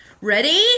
Ready